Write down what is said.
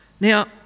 Now